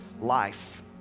life